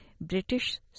British